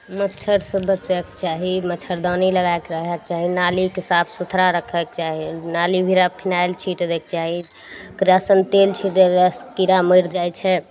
मच्छड़ से बचैके चाही मच्छड़दानी लगाएके रहिके चाही नालीके साफ सुथड़ा रक्खैके चाही नाली भिरा फिनाइल छिट दैके चाही किरासन तेल छिट देला सँ कीड़ा मरि जाइ छै